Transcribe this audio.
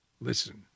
Listen